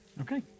Okay